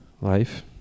life